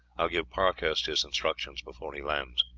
i will give parkhurst his instructions before he lands.